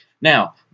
Now